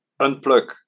unplug